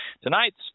Tonight's